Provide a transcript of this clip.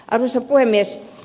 arvoisa puhemies